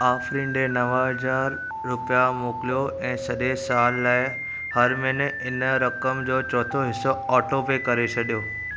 आफ़रीन ॾे नव हज़ार रुपिया मोकिलियो ऐं सॼे साल लाइ हर महिने इन रक़म जो चोथों हिसो ऑटोपे करे छॾियो